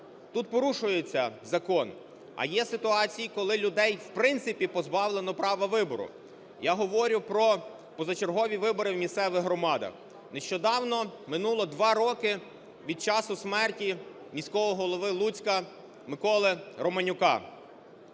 Тут порушується закон. А є ситуації, коли людей в принципі позбавлено права вибору. Я говорю про позачергові вибори в місцевих громадах. Нещодавно минуло два роки від часу смерті міського голови Луцька Миколи Романюка.